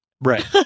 Right